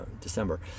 December